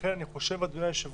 ולכן אני חושב, אדוני היושב-ראש,